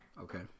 Okay